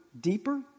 deeper